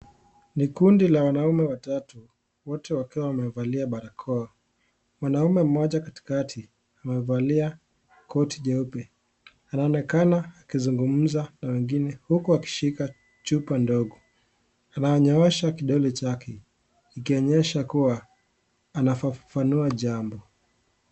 Nikundi la wanaume watatu wote wakiwa wamevalia barakoa, mwanaume mmoja katikati amevalia koti jeupe anaonekana akizungumza na wengine huku akishika chupa ndogo ananyoosha kidole chake kikionyesha kuwa anafafanua jambo.